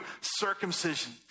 circumcision